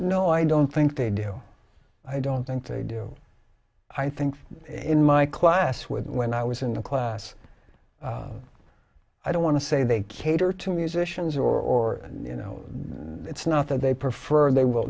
no i don't think they do i don't think they do i think in my class with when i was in the class i don't want to say they cater to musicians or you know mates not that they prefer they will